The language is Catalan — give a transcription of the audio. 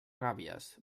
gàbies